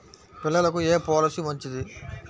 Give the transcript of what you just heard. పిల్లలకు ఏ పొలసీ మంచిది?